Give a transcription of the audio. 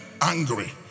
angry